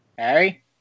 Harry